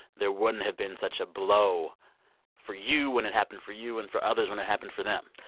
there wouldn't have been such a blow for you when it happened for you and for others when it happened for them?